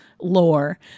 lore